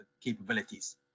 capabilities